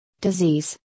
disease